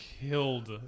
killed